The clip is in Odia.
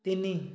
ତିନି